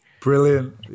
Brilliant